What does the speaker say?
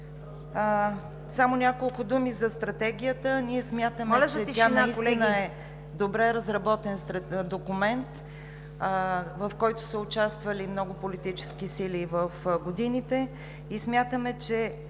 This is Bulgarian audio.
ВиК, няколко думи само за Стратегията. Ние смятаме, че тя е добре разработен документ, в който са участвали много политически сили в годините и че